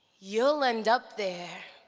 you'll end up there.